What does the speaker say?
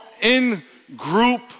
in-group